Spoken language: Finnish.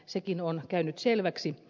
sekin on käynyt selväksi